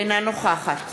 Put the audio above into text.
אינה נוכחת